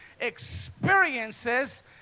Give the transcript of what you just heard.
experiences